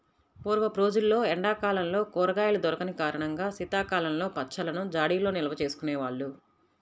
పూర్వపు రోజుల్లో ఎండా కాలంలో కూరగాయలు దొరికని కారణంగా శీతాకాలంలో పచ్చళ్ళను జాడీల్లో నిల్వచేసుకునే వాళ్ళు